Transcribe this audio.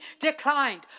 declined